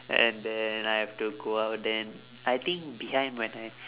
and then I have to go out then I think behind when I